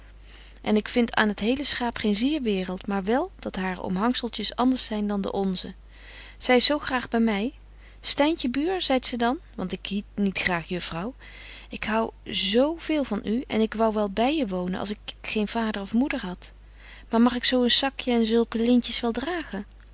en ik vind aan het hele schaap geen zier waereld maar wel dat hare omhangzeltjes anders zyn dan de onzen zy is zo graag by my styntje buur zeit ze dan want ik hiet niet graag juffrouw ik hou zo veel van u en ik wou wel by je wonen als ik geen vader of moeder had maar mag ik zo een sakje en zulke lintjes wel dragen